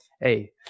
hey